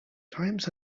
times